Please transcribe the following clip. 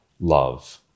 love